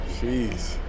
Jeez